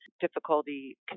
difficulty